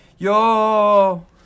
Yo